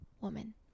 woman